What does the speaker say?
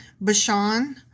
Bashan